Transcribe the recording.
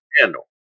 handle